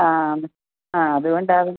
ആ ആ അതുകൊണ്ടാവും